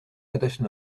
edition